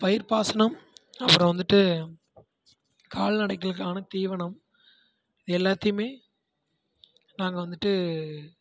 பயிர்ப்பாசனம் அப்புறம் வந்துட்டு கால்நடைகளுக்கான தீவனம் இது எல்லாத்தையுமே நாங்கள் வந்துட்டு